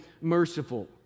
merciful